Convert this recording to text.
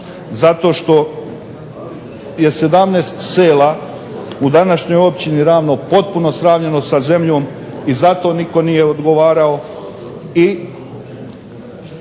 zato što je 17 sela u današnjoj općini Ravno potpuno sravnjeno sa zemljom i za to nitko nije odgovarao.